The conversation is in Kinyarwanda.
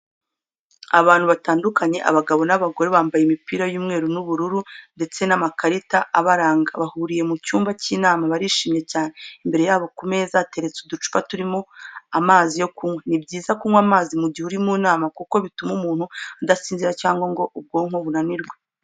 Abantu batandukanye, abagabo n'abagore bambaye imipira y'umweru n'ubururu ndetse n'amakarita abaranga bahuriye mu cyumba cy'inama, barishimye cyane, imbere yabo ku meza hateretse uducupa turimo amazi yo kunywa. Ni byiza kunywa amazi mu gihe uri mu nama kuko bituma umuntu adasinzira cyangwa ngo ubwonko bunanirwe.